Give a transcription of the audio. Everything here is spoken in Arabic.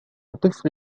طفل